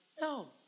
No